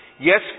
Yes